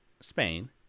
Spain